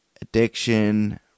addiction